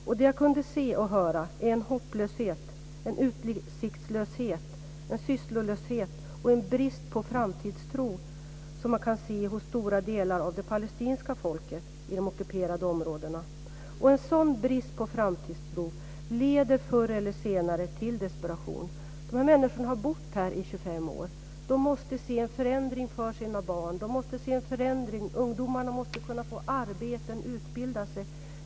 Och det som jag kunde se och höra är en hopplöshet, en utsiktslöshet, en sysslolöshet och en brist på framtidstro som man kan se hos stora delar av det palestinska folket i de ockuperade områdena. En sådan brist på framtidstro leder förr eller senare till desperation. Dessa människor har bott där i 25 år. De måste se en förändring för sina barn. Ungdomarna måste få arbete och utbilda sig.